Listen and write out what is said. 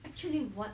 actually what